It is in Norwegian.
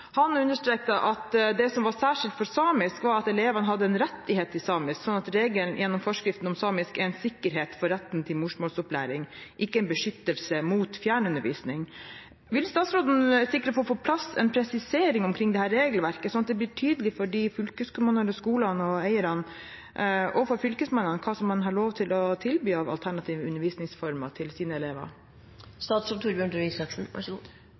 Han understreket at det som er særskilt for samisk, er at elevene har en rettighet til undervisning på samisk, og denne retten gjennom forskriften om samisk er en sikkerhet for retten til morsmålsopplæring, ikke en beskyttelse mot fjernundervisning. Vil statsråden sikre å få på plass en presisering av dette regelverket, slik at det blir tydelig for fylkeskommunene, skolene og eierne og for fylkesmennene hva man har lov til å tilby av alternative undervisningsformer til sine